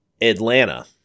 Atlanta